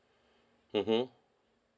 mmhmm